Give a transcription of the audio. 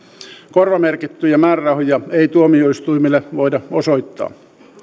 korvamerkittyjä määrärahoja ei tuomioistuimille voida osoittaa